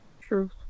true